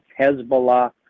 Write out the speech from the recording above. Hezbollah